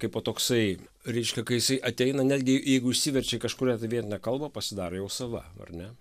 kaipo toksai reiškia kai jisai ateina netgi jeigu išsiverčia į kažkurią tai vietinę kalbą pasidaro jau sava ar ne